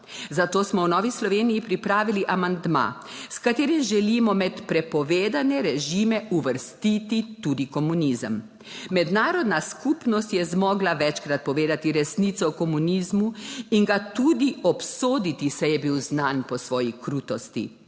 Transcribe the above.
zato smo v Novi Sloveniji pripravili amandma, s katerim želimo med prepovedane režime uvrstiti tudi komunizem. Mednarodna skupnost je zmogla večkrat povedati resnico o komunizmu in ga tudi obsoditi, saj je bil znan po svoji krutosti.